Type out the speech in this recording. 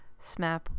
SMAP